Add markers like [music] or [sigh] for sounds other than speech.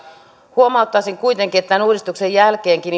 huomauttaisin kuitenkin että tämän uudistuksen jälkeenkin [unintelligible]